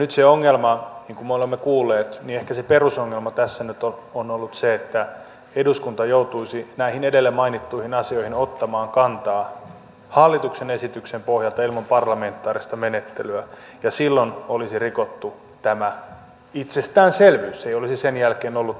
ehkä nyt se perusongelma niin kuin me olemme kuulleet tässä on ollut se että eduskunta joutuisi näihin edellä mainittuihin asioihin ottamaan kantaa hallituksen esityksen pohjalta ilman parlamentaarista menettelyä ja silloin olisi rikottu tämä itsestäänselvyys se ei olisi sen jälkeen ollut enää itsestäänselvyys